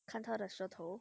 看它的舌头